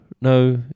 No